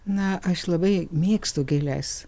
na aš labai mėgstu gėles